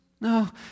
No